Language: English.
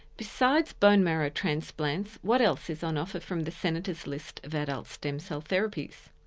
besides bone marrow transplants, what else is on offer from the senators' list of adult stem cell therapies?